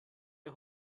der